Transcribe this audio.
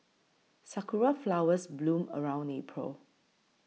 sakura flowers bloom around April